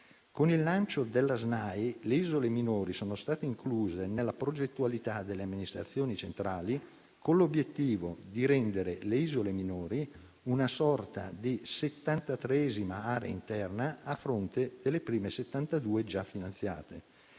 Con il lancio della SNAI le isole minori sono state incluse nella progettualità delle amministrazioni centrali, con l'obiettivo di rendere le isole minori una sorta di 73a area interna, a fronte delle prime 72 già finanziate,